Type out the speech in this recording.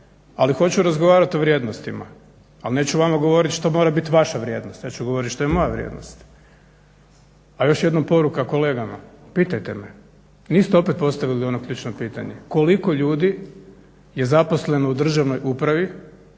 ali hoću razgovarati o vrijednostima, ali neću vama govorit što mora vaša vrijednost, ja ću govorit što je moja vrijednost. A još jednom poruka kolegama, pitajte me. Niste opet postavili ono ključno pitanje, koliko ljudi je zaposleno u državnoj upravi